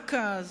ורק אז,